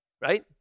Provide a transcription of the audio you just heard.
right